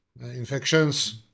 Infections